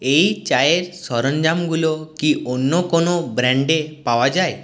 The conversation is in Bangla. এই চায়ের সরঞ্জামগুলো কি অন্য কোনও ব্র্যান্ডে পাওয়া যায়